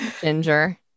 Ginger